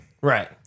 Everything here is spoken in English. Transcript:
Right